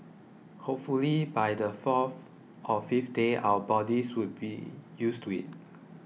hopefully by the fourth or fifth day our bodies would be used to it